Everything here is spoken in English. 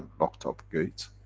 locked up gates,